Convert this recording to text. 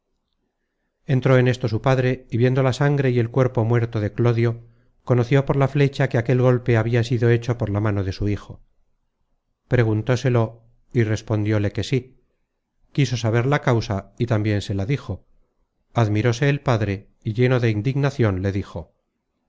entró en esto su padre y viendo la sangre y el cuerpo muerto de clodio conoció por la flecha que aquel golpe habia sido hecho por la mano de su hijo preguntóselo y respondióle que sí quiso saber la causa y tambien se la dijo admiróse el padre y lleno de indignacion le dijo